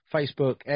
Facebook